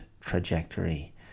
trajectory